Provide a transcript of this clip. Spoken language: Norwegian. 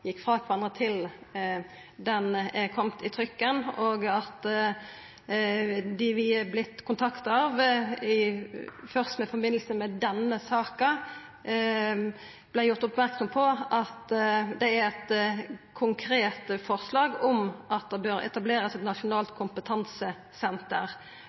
dei vi har vorte kontakta av – først i samband med denne saka – vart gjorde merksame på at det er eit konkret forslag om at det bør etablerast eit